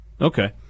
okay